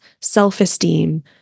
self-esteem